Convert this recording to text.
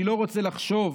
אני לא רוצה לחשוב,